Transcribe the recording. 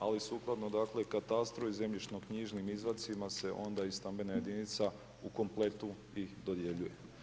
Ali sukladno dakle i katastru i zemljišno knjižnim izvadcima se onda i stambena jedinica u kompletu i dodjeljuje.